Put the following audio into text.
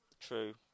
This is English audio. true